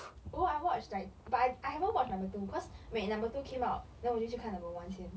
oh I watch like but I haven't watch number two because when number two came out then 我就去看 number one 先